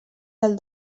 del